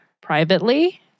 privately